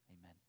Amen